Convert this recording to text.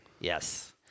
Yes